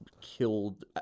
killed